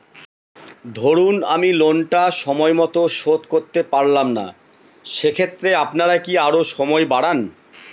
ধরুন আমি লোনটা সময় মত শোধ করতে পারলাম না সেক্ষেত্রে আপনার কি আরো সময় বাড়ান?